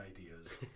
ideas